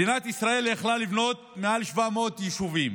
מדינת ישראל יכלה לבנות מעל 700 יישובים,